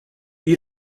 you